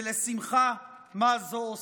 "ולשמחה מה זו עושה".